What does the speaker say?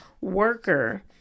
worker